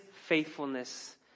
faithfulness